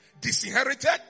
disinherited